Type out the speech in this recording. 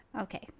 Okay